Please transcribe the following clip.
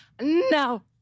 no